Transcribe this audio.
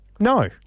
No